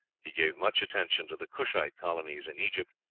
he gave much attention to the cushite colonies in egypt,